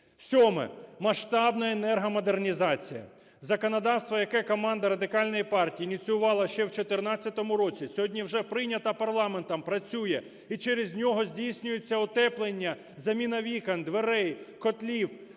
Сьоме. Масштабна енергомодернізація. Законодавство, яке команда Радикальної партії ініціювала ще в 14-му році, сьогодні вже прийнято парламентом, працює і через нього здійснюється утеплення, заміна вікон, дверей, котлів.